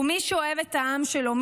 מי שאוהב את העם שלו,